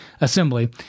Assembly